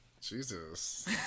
Jesus